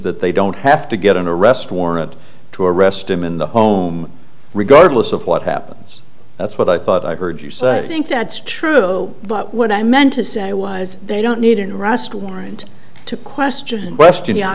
that they don't have to get an arrest warrant to arrest him in the home regardless of what happens that's what i thought i heard you say i think that's true but what i meant to say was they don't need an arrest warrant to question west